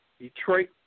Detroit